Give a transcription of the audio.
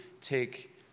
take